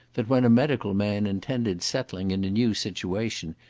that when a medical man intended settling in a new situation,